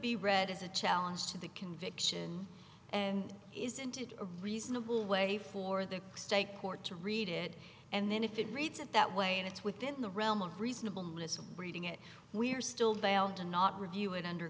be read as a challenge to the conviction and is indeed a reasonable way for the stake court to read it and then if it reads it that way and it's within the realm of reasonableness i'm reading it we're still down to not review it under